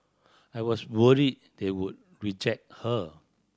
I was worried they would reject her